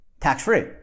tax-free